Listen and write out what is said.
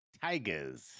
tigers